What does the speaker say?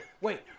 wait